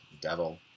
devil